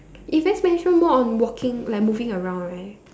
events management more on walking like moving around right